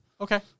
Okay